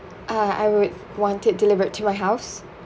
uh I would want it delivered to my house